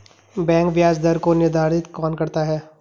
Bank ब्याज दर को निर्धारित कौन करता है?